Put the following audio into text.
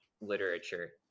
literature